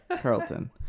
Carlton